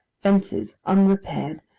fences unrepaired,